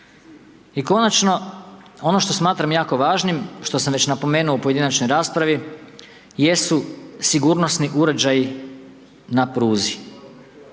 I konačno ono što smatram jako važnim što sam već napomenuo u pojedinačnoj raspravi jesu sigurnosni uređaji na pruzi.